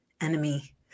enemy